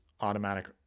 automatic